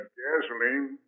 gasoline